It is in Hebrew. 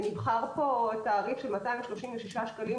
נבחר פה תעריף של 236 שקלים,